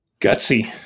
gutsy